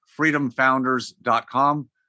freedomfounders.com